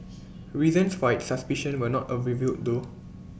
reasons for its suspicion were not revealed though